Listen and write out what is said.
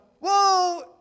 whoa